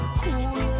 cool